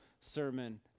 sermon